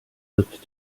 looked